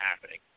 happening